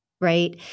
right